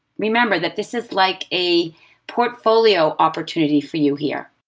remember that this is like a portfolio opportunity for you here.